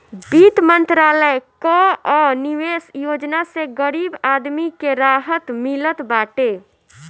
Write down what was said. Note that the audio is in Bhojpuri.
वित्त मंत्रालय कअ निवेश योजना से गरीब आदमी के राहत मिलत बाटे